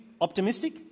optimistic